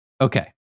okay